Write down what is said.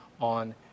on